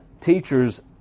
teacher's